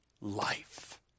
life